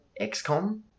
XCOM